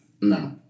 No